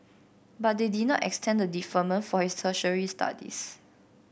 but they did not extend the deferment for his tertiary studies